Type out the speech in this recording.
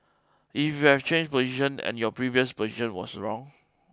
if we have changed position and your previous position was wrong